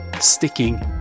Sticking